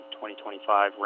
2025